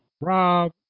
Rob